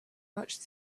much